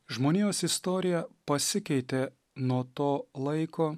žmonijos istorija pasikeitė nuo to laiko